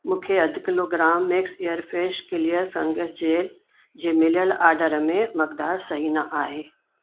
मूंखे अधु kilogram max airfresh clear fungus gel जे मिलियल ऑडर में मकदारु सही न आहे